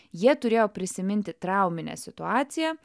jie turėjo prisiminti trauminę situaciją